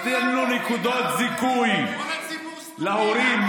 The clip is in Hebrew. נתנו נקודות זיכוי להורים,